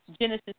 Genesis